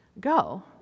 go